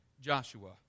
Joshua